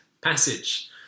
passage